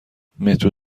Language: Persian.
مترو